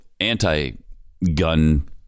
anti-gun